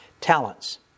talents